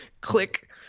click